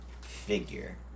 figure